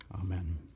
Amen